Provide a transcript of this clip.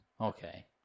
Okay